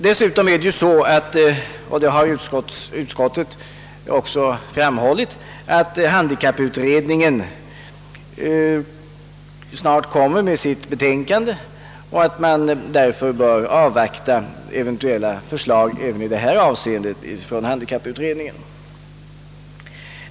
Dessutom kommer, såsom utskottet också har framhållit, handikapputredningen snart att framlägga sitt betänkande, och man bör avvakta eventuella förslag i detta avseende från utredningen.